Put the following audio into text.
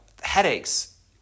headaches